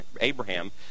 Abraham